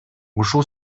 ушул